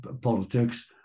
politics